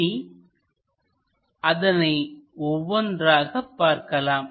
இனி அதனை ஒவ்வொன்றாக பார்க்கலாம்